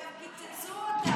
יעקב, הם גם קיצצו אותה.